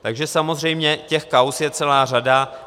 Takže samozřejmě těch kauz je celá řada.